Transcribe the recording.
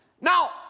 Now